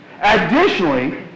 Additionally